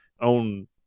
own